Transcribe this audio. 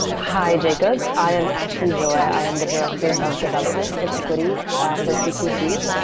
hi, jacob, i am ashley joy. i am the director of development and equity for ctc.